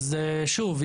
שוב,